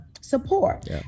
support